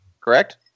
correct